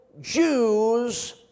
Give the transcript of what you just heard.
Jews